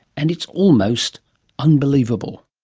and it's almost unbelievable.